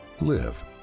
live